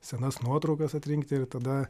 senas nuotraukas atrinkti ir tada